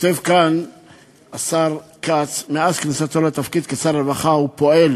כותב כאן השר כץ שמאז כניסתו לתפקיד שר הרווחה הוא פועל